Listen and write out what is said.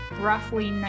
Roughly